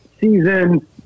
season